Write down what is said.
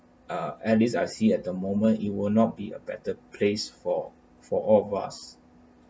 ah at least I see at the moment it will not be a better place for for all of us